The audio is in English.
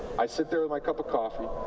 i sit there with my cup of coffee,